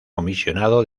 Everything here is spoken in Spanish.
comisionado